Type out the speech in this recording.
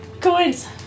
Coins